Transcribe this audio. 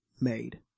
made